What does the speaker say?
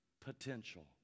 potential